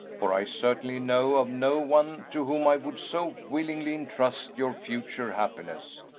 for i certainly know of no one to whom i would so willingly intrust your future happiness.